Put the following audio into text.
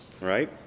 right